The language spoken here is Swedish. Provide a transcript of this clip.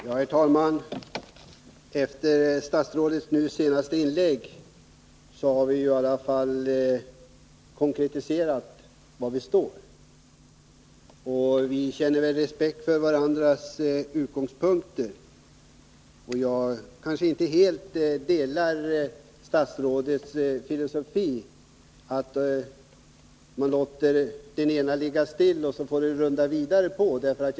Herr talman! Efter statsrådets senaste inlägg har vi i alla fall på ett konkret sätt gjort klart var vi står, och vi känner väl respekt för varandras utgångspunkter. Jag delar kanske inte helt statsrådets filosofi att man bör låta det ligga stilla på ett område, medan man låter det rulla vidare på andra.